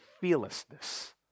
fearlessness